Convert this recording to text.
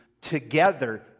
together